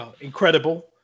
incredible